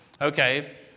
Okay